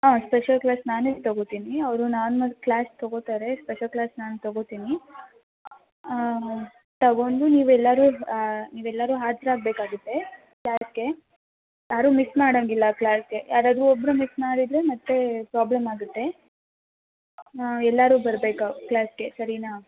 ಹಾಂ special class ನಾನೇ ತಗೋತೀನಿ ಅವರು ನಾರ್ಮಲ್ ಕ್ಲಾಸ್ ತಗೋತಾರೆ ಸ್ಪೆಷಲ್ ಕ್ಲಾಸ್ ನಾನು ತಗೋತೀನಿ ಹಾಂ ತಗೋಂಡು ನೀವೆಲ್ಲರೂ ನೀವೆಲ್ಲರೂ ಹಾಜರಾಗ್ಬೇಕಾಗುತ್ತೆ ಕ್ಲಾಸಿಗೆ ಯಾರೂ ಮಿಸ್ ಮಾಡೋಂಗಿಲ್ಲ ಕ್ಲಾಸಿಗೆ ಯಾರಾದರೂ ಒಬ್ಬರು ಮಿಸ್ ಮಾಡಿದರೆ ಮತ್ತು ಪ್ರಾಬ್ಲಮ್ ಆಗುತ್ತೆ ಹಾಂ ಎಲ್ಲರೂ ಬರ್ಬೇಕು ಕ್ಲಾಸಿಗೆ ಸರಿನಾ